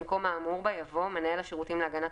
במקום האמור בה יבוא "מנהל השירותים להגנת